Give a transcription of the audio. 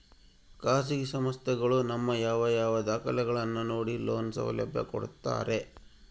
ಖಾಸಗಿ ಸಂಸ್ಥೆಗಳು ನಮ್ಮ ಯಾವ ಯಾವ ದಾಖಲೆಗಳನ್ನು ನೋಡಿ ಲೋನ್ ಸೌಲಭ್ಯ ಕೊಡ್ತಾರೆ?